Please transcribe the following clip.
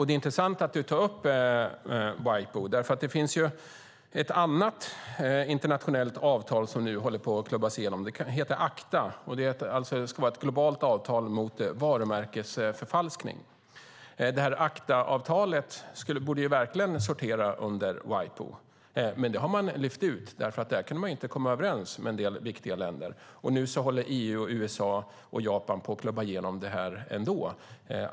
Det är intressant att miljöministern tar upp WIPO. Det finns ett annat internationellt avtal som nu håller på att klubbas igenom. Det heter ACTA. Det ska vara ett globalt avtal mot varumärkesförfalskning. Det här ACTA-avtalet borde verkligen sortera under WIPO, men det har man lyft ut eftersom man där inte kan komma överens med en del viktiga länder. Nu håller EU, USA och Japan på att klubba igenom detta ändå.